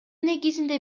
негизинде